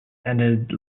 ended